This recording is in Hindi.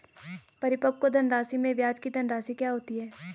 परिपक्व धनराशि में ब्याज की धनराशि क्या होती है?